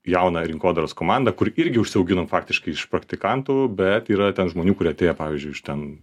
jauną rinkodaros komandą kur irgi užsiauginom faktiškai iš praktikantų bet yra ten žmonių kurie atėję pavyzdžiui iš ten